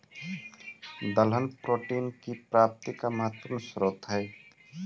दलहन प्रोटीन की प्राप्ति का महत्वपूर्ण स्रोत हई